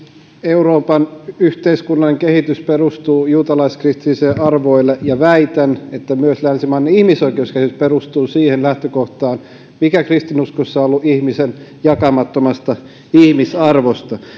euroopan yhteiskunnallinen kehitys perustuu juutalais kristillisille arvoille ja väitän että myös länsimainen ihmisoikeuskäsitys perustuu siihen lähtökohtaan mikä kristinuskossa on ollut ihmisen jakamattomasta ihmisarvosta